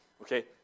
Okay